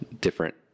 different